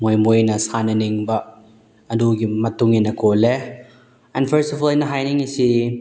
ꯃꯣꯏ ꯃꯣꯏꯅ ꯁꯥꯟꯅꯅꯤꯡꯕ ꯑꯗꯨꯒꯤ ꯃꯇꯨꯡ ꯏꯟꯅ ꯀꯣꯜꯂꯦ ꯑꯦꯟ ꯐꯥꯔꯁ ꯑꯣꯐ ꯑꯣꯜ ꯑꯩꯅ ꯍꯥꯏꯅꯤꯡꯂꯤꯁꯤ